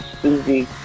Susie